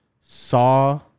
Saw